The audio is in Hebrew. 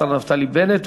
השר נפתלי בנט.